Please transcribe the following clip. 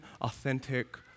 authentic